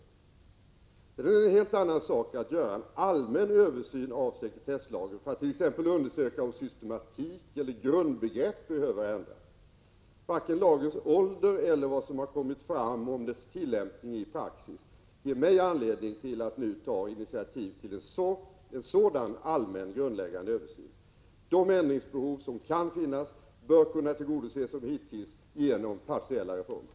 Sedan är det ju en helt annan sak att göra en allmän översyn av 123 Prot. 1986/87:121 = sekretesslagen för att t.ex. undersöka om systematik eller grundbegrepp 12 maj 1987 behöver ändras. Varken lagens ålder eller vad som har kommit fram under GT I dess tillämpning i praxis ger mig anledning att nu ta initiativ till en sådan allmän grundläggande översyn. De ändringsbehov som kan finnas bör som hittills kunna tillgodoses genom partiella reformer.